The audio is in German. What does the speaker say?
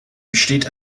besteht